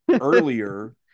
earlier